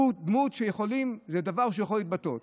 זה דבר שהוא יכול להתבטא בו.